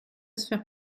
sphère